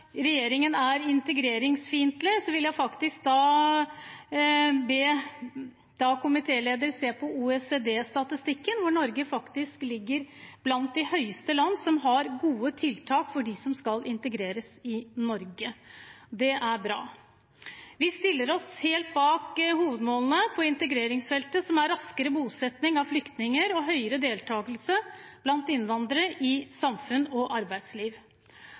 regjeringen er integreringsfiendtlig, vil jeg be komitélederen se på OECD-statistikken, hvor Norge faktisk ligger blant de høyeste på listen over land som har gode tiltak for dem som skal integreres. Det er bra. Vi stiller oss helt bak hovedmålene på integreringsfeltet. Det gjelder raskere bosetting av flyktninger og høyere deltakelse blant innvandrere i samfunn og arbeidsliv.